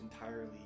entirely